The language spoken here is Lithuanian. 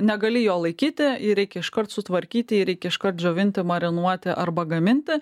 negali jo laikyti jį reikia iškart sutvarkyti ir reikia iškart džiovinti marinuoti arba gaminti